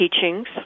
teachings